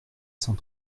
cent